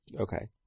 Okay